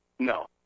No